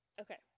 Okay